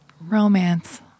Romance